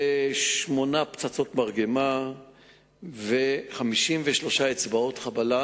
שמונה פצצות מרגמה ו-53 אצבעות חבלה,